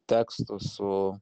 tekstu su